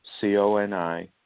c-o-n-i